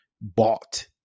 bought